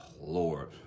Lord